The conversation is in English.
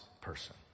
person